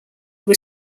were